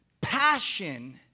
Passion